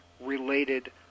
related